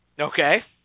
Okay